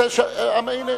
נעשה הסכם עכשיו.